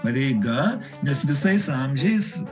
pareiga nes visais amžiais